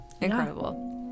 incredible